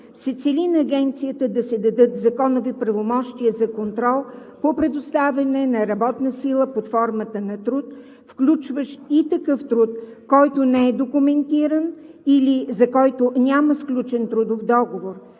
се цели на Агенцията да се дадат законови правомощия за контрол по предоставяне на работна сила под формата на труд, включващ и такъв труд, който не е документиран или за който няма сключен трудов договор.